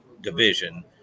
division